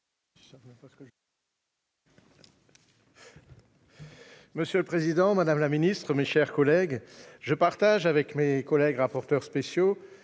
Monsieur le président, madame la ministre, mes chers collègues, je partage avec mes collègues rapporteurs spéciaux